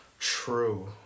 True